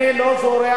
אני לא זורק.